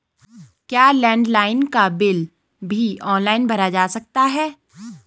क्या लैंडलाइन का बिल भी ऑनलाइन भरा जा सकता है?